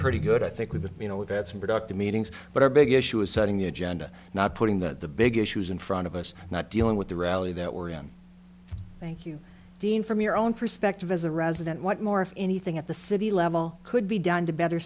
pretty good i think we've been you know we've had some productive meetings but our big issue is setting the agenda not putting that the big issues in front of us not dealing with the reality that we're in thank you dean from your own perspective as a resident what more if anything at the city level could be done to better